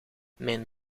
mijn